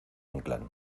inclán